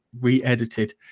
re-edited